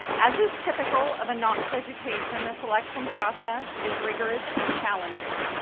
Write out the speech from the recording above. as is typical of a knox education, the selection process is rigorous and challenging.